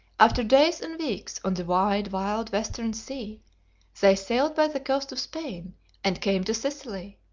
after days and weeks on the wide wild western sea they sailed by the coast of spain and came to sicily,